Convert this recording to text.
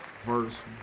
verse